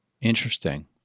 Interesting